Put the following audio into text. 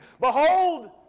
Behold